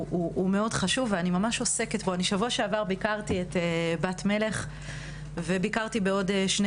בשבוע שעבר ביקרתי בבת מלך וביקרתי בעוד שני